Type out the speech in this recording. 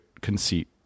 conceit